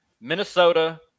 Minnesota